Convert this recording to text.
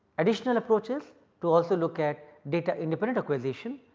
additional approaches to also look at data independent acquisition,